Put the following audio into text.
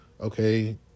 Okay